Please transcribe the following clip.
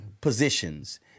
positions